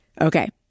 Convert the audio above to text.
Okay